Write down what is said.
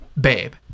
babe